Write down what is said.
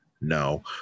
no